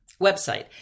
website